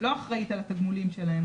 לא אחראית על התגמולים שלהם,